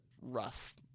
rough